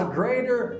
greater